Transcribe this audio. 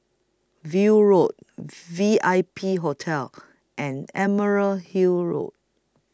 View Road V I P Hotel and Emerald Hill Road